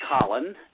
Colin